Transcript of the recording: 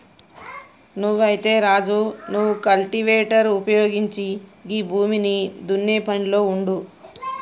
అయితే రాజు నువ్వు కల్టివేటర్ ఉపయోగించి గీ భూమిని దున్నే పనిలో ఉండు